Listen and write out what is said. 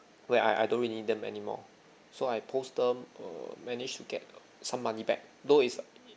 when I I don't really need them anymore so I post them err managed to get um some money back though is uh